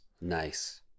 Nice